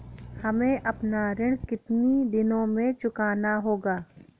हमें अपना ऋण कितनी दिनों में चुकाना होगा?